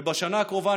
ובשנה הקרובה,